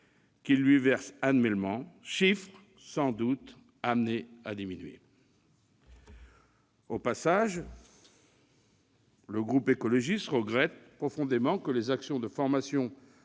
qu'il lui verse annuellement, ce montant étant sans doute appelé à diminuer. Au passage, le groupe écologiste regrette profondément que les actions de formation